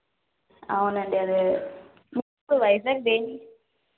అవునండీ అదే వైజాగ్ దేనికి